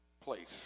place